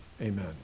Amen